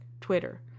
Twitter